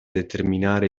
determinare